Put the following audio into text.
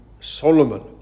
Solomon